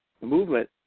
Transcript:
movement